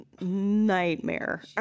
nightmare